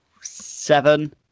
seven